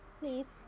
Please